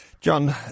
John